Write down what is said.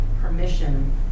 permission